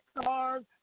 stars